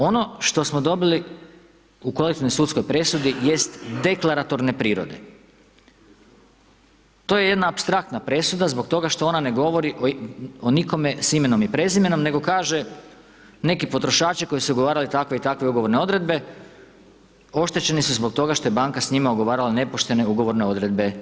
Ono što smo dobili u kolektivnoj sudskoj presudi jest deklaratorne prirode, to je jedna apstraktna presuda zbog toga što ona ne govori o nikome s imenom i prezimenom, nego kaže neki potrošači koji su ugovarali takve i takve ugovorne odredbe oštećeni su zbog toga što je banka s njima ugovarala nepoštene ugovorne odredbe.